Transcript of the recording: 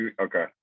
okay